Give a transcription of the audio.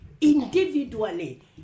individually